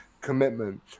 commitment